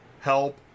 help